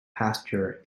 pasteur